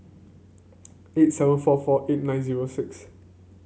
eight seven four four eight nine zero six